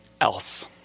else